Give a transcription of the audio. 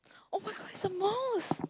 oh-my-god it's a mouse